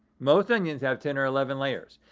most onions have ten or eleven layers.